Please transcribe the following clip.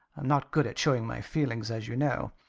i'm not good at showing my feelings, as you know.